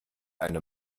eine